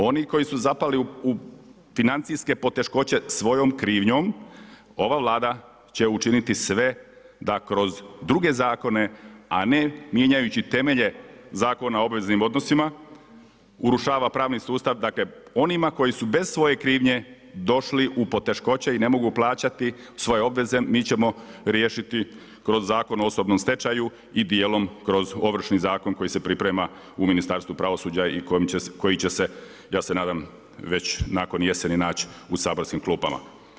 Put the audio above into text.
Oni koji su zapali u financijske poteškoće svojom krivnjom ova Vlada će učiniti sve da kroz druge zakone a ne mijenjajući temelje Zakona o obveznim odnosima, urušava pravni sustav dakle onima koji su bez svoje krivnje došli u poteškoće i ne mogu plaćati svoje obveze mi ćemo riješiti kroz Zakon o osobnom stečaju i dijelom kroz ovršni zakon koji se priprema u Ministarstvu pravosuđa i koji će se, ja se nadam već nakon jeseni naći u saborskim klupama.